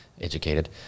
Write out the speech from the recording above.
educated